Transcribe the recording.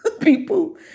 people